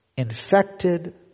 infected